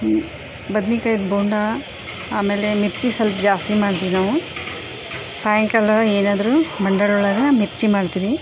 ಬದನೇ ಕಾಯ್ದು ಬೋಂಡ ಆಮೇಲೆ ಮಿರ್ಚಿ ಸ್ವಲ್ಪ ಜಾಸ್ತಿ ಮಾಡ್ತೀವಿ ನಾವು ಸಾಯಂಕಾಲ ಏನಾದರು ಮಂಡರೊಳಗ ಮಿರ್ಚಿ ಮಾಡ್ತೀವಿ